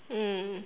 mm